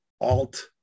alt